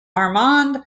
armand